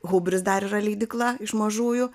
hubris dar yra leidykla iš mažųjų